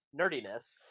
nerdiness